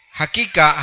hakika